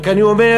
רק אני אומר